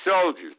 soldiers